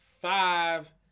five